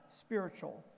spiritual